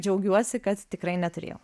džiaugiuosi kad tikrai neturėjau